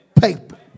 paper